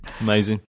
amazing